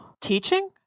teaching